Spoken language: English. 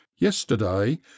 Yesterday